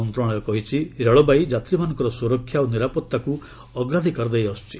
ମନ୍ତ୍ରଣାଳୟ କହିଛି ରେଳବାଇ ଯାତ୍ରୀମାନଙ୍କର ସୁରକ୍ଷା ଓ ନିରାପତ୍ତାକୁ ଅଗ୍ରାଧିକାର ଦେଇଆସୁଛି